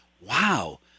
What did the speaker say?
wow